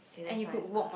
okay that's nice lah